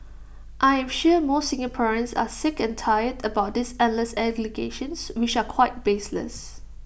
I am sure most Singaporeans are sick and tired about these endless allegations which are quite baseless